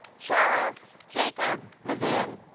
charles jacob levin